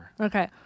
Okay